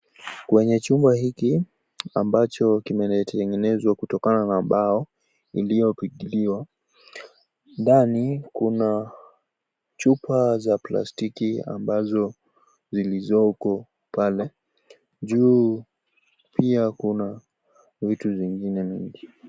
Kwenye chumba hiki ambacho kimetengenezwa kutokana na mbao iliyopitiliwa. Ndani kuna chupa za plastiki ambazo zilizoko pale, juu pia kuna vitu zingine mingi.